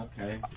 Okay